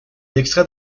extrait